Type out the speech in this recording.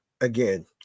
again